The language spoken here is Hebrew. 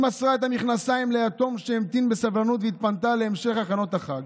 היא מסרה את המכנסיים ליתום שהמתין בסבלנות והתפנתה להמשך הכנות החג.